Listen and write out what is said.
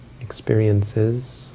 Experiences